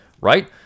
right